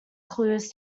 clues